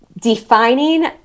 defining